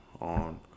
on